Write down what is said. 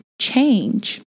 change